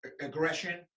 aggression